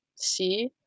see